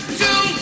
two